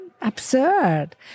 absurd